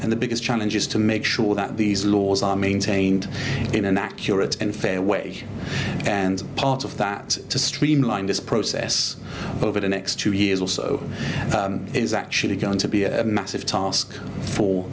and the biggest challenge is to make sure that these laws are maintained in an accurate and fair way and part of that to streamline this process over the next two years or so is actually going to be a massive task for